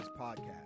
podcast